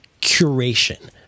curation